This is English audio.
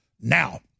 now